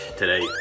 today